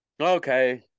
Okay